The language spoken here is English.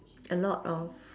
a lot of